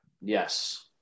Yes